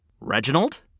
Reginald